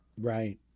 Right